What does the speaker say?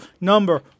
Number